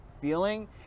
feeling